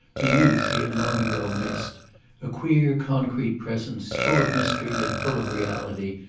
the youth he had long ago missed a queer concrete presence, full of mystery, yet full of reality,